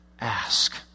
ask